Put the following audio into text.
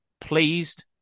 pleased